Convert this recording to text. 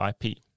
IP